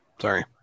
Sorry